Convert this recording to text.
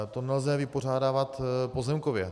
To nelze vypořádávat pozemkově.